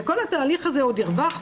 בכל התהליך הזה עוד הרווחנו,